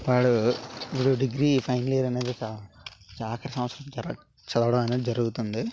వాడు ఇప్పుడు degree final year అనేది ఆఖరి సంవత్సరం చదవడం అనేది జరుగుతుంది